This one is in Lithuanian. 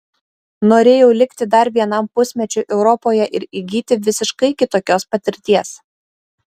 norėjau likti dar vienam pusmečiui europoje ir įgyti visiškai kitokios patirties